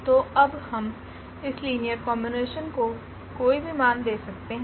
तो अब हम इन लीनियर कोम्बिनेशन को कोई भी मान दे सकते है